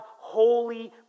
holy